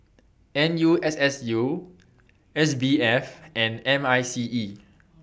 N U S S U S B F and M I C E